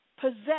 possess